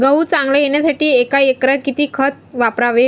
गहू चांगला येण्यासाठी एका एकरात किती खत वापरावे?